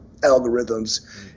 algorithms